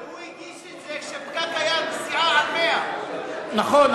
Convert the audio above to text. והוא הגיש את זה כשפקק היה בנסיעה על 100. נכון.